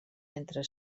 entre